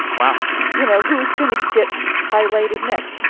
wow you know, who's going to get highlighted next?